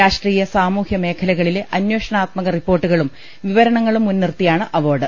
രാഷ്ട്രീയ സാമൂഹ്യ മേഖ ലകളിലെ അന്വേഷണാത്മക റിപ്പോർട്ടുകളും വിവരണങ്ങളും മുൻനിർത്തിയാണ് അവാർഡ്